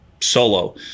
solo